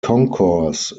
concourse